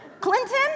Clinton